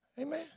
Amen